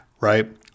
right